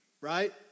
right